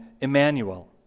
Emmanuel